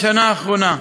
בשנה האחרונה.